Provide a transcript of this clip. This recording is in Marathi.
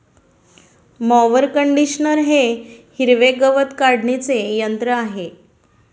मॉवर कंडिशनर हे हिरवे गवत काढणीचे यंत्र आहे